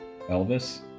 Elvis